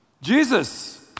Jesus